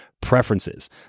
preferences